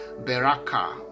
Beraka